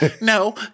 no